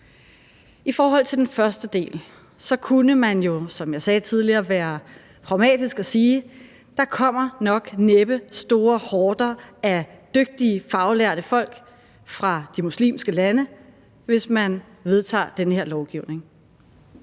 I forhold til den første del kunne man, som jeg sagde tidligere, være pragmatisk og sige, at der nok næppe kommer store horder af dygtige faglærte folk fra de muslimske lande, hvis man vedtager den her lovgivning.